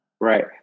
right